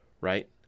right